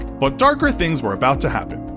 but darker things were about to happen.